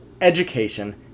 education